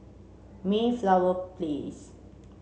Mayflower Place